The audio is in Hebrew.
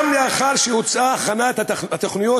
גם לאחר שהואצה הכנת התוכניות,